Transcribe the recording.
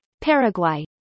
Paraguay